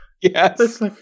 Yes